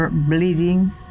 bleeding